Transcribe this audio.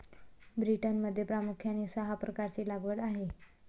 ब्रिटनमध्ये प्रामुख्याने सहा प्रकारची लागवड आहे